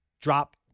drop